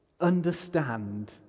understand